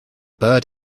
bird